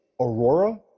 Aurora